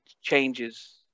changes